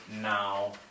now